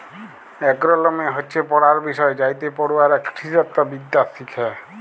agronomy হচ্যে পড়ার বিষয় যাইতে পড়ুয়ারা কৃষিতত্ত্ব বিদ্যা শ্যাখে